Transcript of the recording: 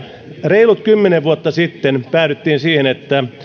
reilut kymmenen vuotta sitten päädyttiin siihen että